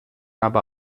aber